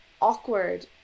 awkward